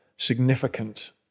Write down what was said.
significant